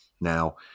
Now